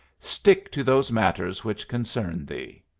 stick to those matters which concern thee.